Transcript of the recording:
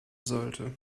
sollte